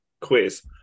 quiz